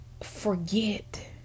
Forget